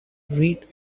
read